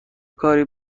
کاری